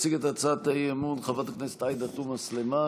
תציג את הצעת האי-אמון חברת הכנסת עאידה תומא סלימאן,